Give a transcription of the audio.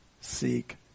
seek